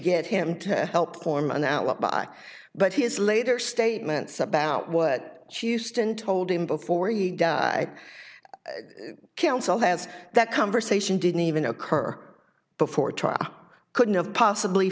get him to help form an alibi but his later statements about what houston told him before he die council has that conversation didn't even occur before trial couldn't have possibly